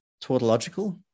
tautological